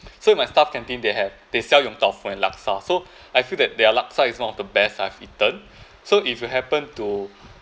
so in my staff canteen they have they sell yong tau foo and laksa so I feel that their laksa is one of the best I've eaten so if you happen to